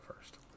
first